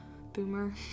Boomer